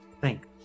Thanks